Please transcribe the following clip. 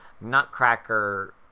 Nutcracker